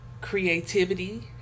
creativity